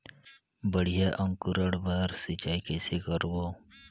बढ़िया अंकुरण बर सिंचाई कइसे करबो?